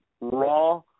raw